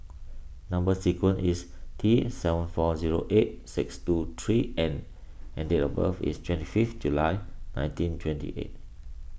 Number Sequence is T seven four zero eight six two three N and and date of birth is twenty fifth July nineteen twenty eight